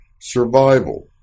survival